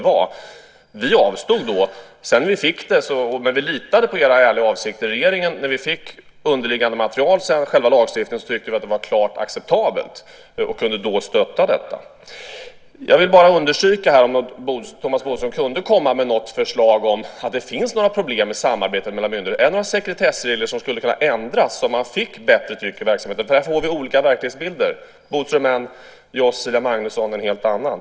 Vi avstod då, men vi litade på era ärliga avsikter i regeringen. När vi sedan fick underliggande material till själva lagstiftningen tyckte vi att det var klart acceptabelt och kunde då stötta detta. Jag vill bara understryka frågan om Thomas Bodström kan komma med något exempel på att det finns problem i samarbetet mellan myndigheterna. Är det några sekretessregler som skulle kunna ändras så att man fick ett bättre tryck i verksamheten? Här får vi olika verklighetsbilder. Bodström har en och jag och Cecilia Magnusson en helt annan.